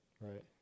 Right